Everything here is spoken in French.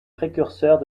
précurseurs